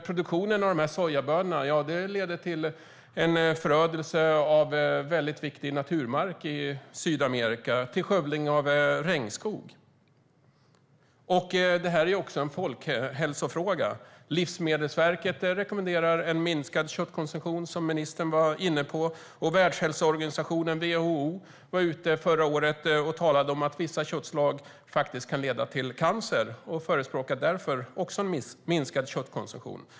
Produktionen av dessa sojabönor leder dessutom till en förödelse av viktig naturmark i Sydamerika, till skövling av regnskog. Det är också en folkhälsofråga. Livsmedelsverket rekommenderar en minskad köttkonsumtion, vilket ministern var inne på, och Världshälsoorganisationen, WHO, gick förra året ut med att vissa köttslag kan leda till cancer och förespråkar därför också en minskad köttkonsumtion.